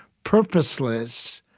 purposeless,